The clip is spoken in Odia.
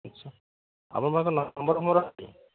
ଆଛା ଆପଣଙ୍କ ପାଖରେ ନମ୍ବର୍ ଫମ୍ବର୍ ଅଛି